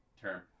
term